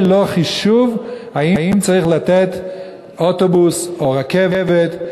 לא עושים חישוב אם צריך לתת אוטובוס או רכבת,